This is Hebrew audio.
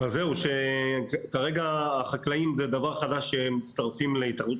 אז זהו שכרגע החקלאים זה דבר חדש שהם מצטרפים להתאחדות